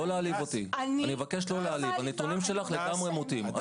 הנתונים שלך מוטעים לגמרי.